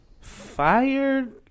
Fired